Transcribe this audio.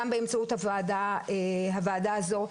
גם באמצעות הוועדה הזו,